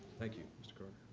thank you, mr. carter.